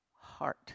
heart